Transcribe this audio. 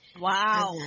Wow